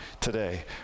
today